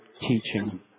teaching